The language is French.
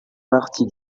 partie